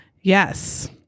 Yes